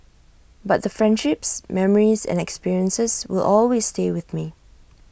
but the friendships memories and experiences will always stay with me